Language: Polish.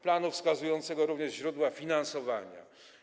Planu wskazującego również źródła finansowania.